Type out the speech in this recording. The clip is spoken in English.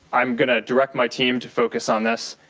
i'm going to direct my team to focus on this.